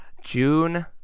June